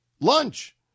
lunch